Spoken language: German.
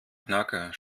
knacker